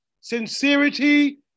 sincerity